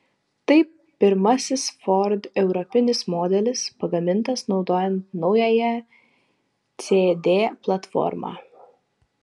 tai pirmasis ford europinis modelis pagamintas naudojant naująją cd platformą